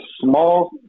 small